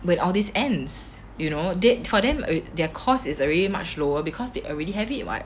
with all these ends you know date to or them their cost is already much lower because they already have it [what]